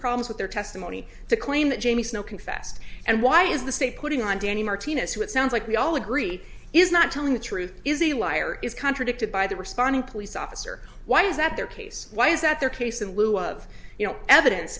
problems with their testimony the claim that jamie snow confessed and why is the state putting on danny martinez who it sounds like we all agree is not telling the truth is a liar is contradicted by the responding police officer why is that their case why is that their case in lieu of you know evidence